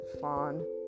fawn